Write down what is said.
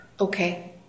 Okay